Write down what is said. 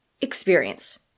experience